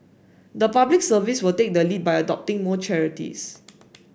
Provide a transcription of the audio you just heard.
the Public Service will take the lead by adopting more charities